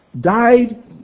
died